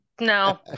no